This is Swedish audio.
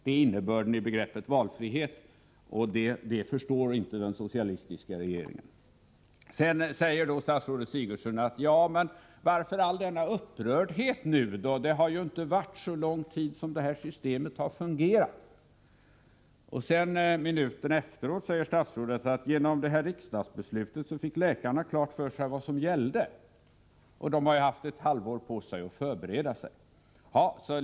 Det är innebörden i begreppet valfrihet, och det förstår inte den socialistiska regeringen. Statsrådet Sigurdsen säger: Varför nu all denna upprördhet — systemet har ännu inte fungerat under så lång tid? Minuten efteråt säger statsrådet att genom beslutet fick läkarna klart för sig vad som gäller, och att de har haft ett halvår på sig att förbereda sig.